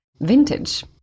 vintage